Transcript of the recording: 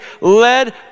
led